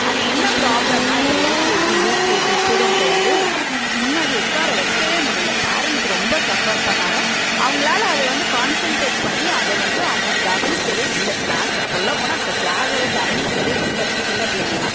ஆனால் என்ன ப்ராப்ளம்னால் இப்போ எல்கேஜி யூகேஜி ஸ்டூடெண்ட்ஸை வந்து முன்னாடி உட்கார வைக்கவே முடியல பேரண்ட்ஸ் ரொம்ப சஃபர் பண்ணாங்கள் அவங்களால அதை வந்து கான்செண்ட்ரேட் பண்ணி அதை வந்து அவங்களாம் கவனிக்கவே இல்லை க்ளாஸை சொல்ல போனால் க க்ளாஸ்ஸலாம் கவனிக்கிறதே இல்லை சின்ன பிள்ளைங்கலாம்